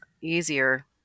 easier